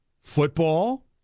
football